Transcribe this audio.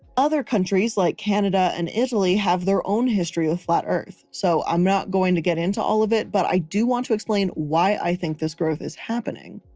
other countries like canada and italy have their own history with flat earth, so i'm not going to get into all of it, but i do want to explain why i think this growth is happening.